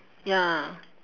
ya